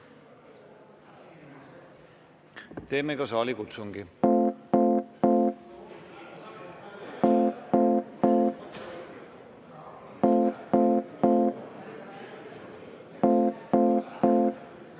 Teeme ka saalikutsungi.